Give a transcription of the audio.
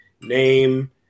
name